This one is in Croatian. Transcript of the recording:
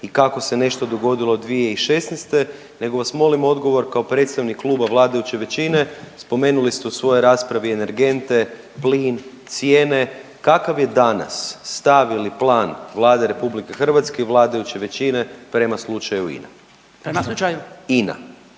i kako se nešto dogodilo 2016. nego vas molim odgovor kao predstavnik kluba vladajuće većine. Spomenuli ste u svojoj raspravi energente, plin, cijene kakav je danas stav ili plan Vlade RH i vladajuće većine prema slučaju INA? …/Upadica